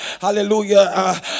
Hallelujah